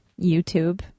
YouTube